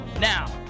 Now